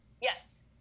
Yes